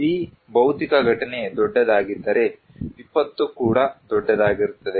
ಈ ಭೌತಿಕ ಘಟನೆ ದೊಡ್ಡದಾಗಿದ್ದರೆ ವಿಪತ್ತು ಕೂಡ ದೊಡ್ಡದಾಗಿರುತ್ತದೆ